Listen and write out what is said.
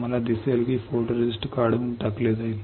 तुम्हाला दिसेल की फोटोरेस्टिस्ट काढून टाकले जाईल